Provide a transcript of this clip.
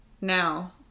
Now